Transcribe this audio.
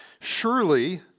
surely